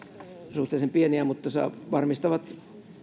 suhteellisen pieniä mutta ne varmistavat